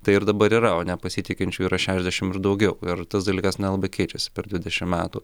tai ir dabar yra o nepasitikinčių yra šešiasdešim ir daugiau ir tas dalykas nelabai keičiasi per dvidešim metų